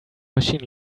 machine